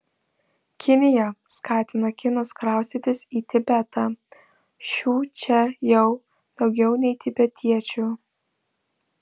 kinija skatina kinus kraustytis į tibetą šių čia jau daugiau nei tibetiečių